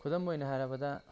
ꯈꯨꯗꯝ ꯑꯣꯏꯅ ꯍꯥꯏꯔꯕꯗ